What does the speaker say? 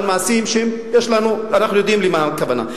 על מעשים שאנחנו יודעים למה הכוונה.